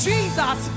Jesus